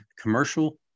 commercial